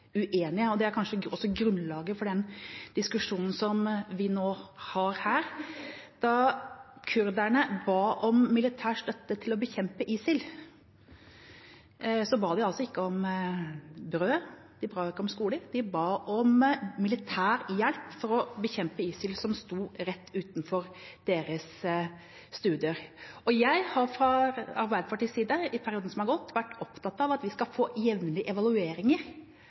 uenige, og det er kanskje også grunnlaget for den diskusjonen vi nå har her. Da kurderne ba om militær støtte til å bekjempe ISIL, ba de altså ikke om brød. De ba ikke om skoler. De ba om militær hjelp for å bekjempe ISIL, som stod rett utenfor deres stuedør. Jeg har fra Arbeiderpartiets side i perioden som er gått, vært opptatt av at vi skal få jevnlige evalueringer